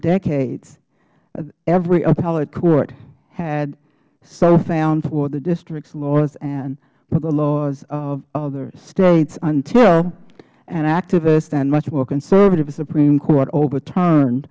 decades every appellate court had so found for the district's laws and for the laws of other states until an activist and much more conservative supreme court overturn